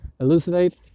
elucidate